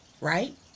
right